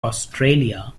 australia